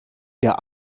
der